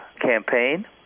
campaign